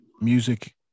music